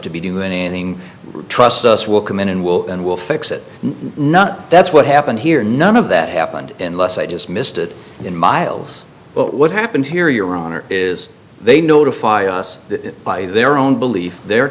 be doing anything trust us we'll come in and we'll and we'll fix it not that's what happened here none of that happened in less i just missed it in miles but what happened here your honor is they notify us by their own belief they're